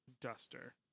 duster